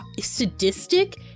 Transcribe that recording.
sadistic